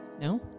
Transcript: No